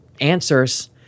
answers